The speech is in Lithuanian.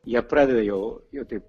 jie pradeda jau jau taip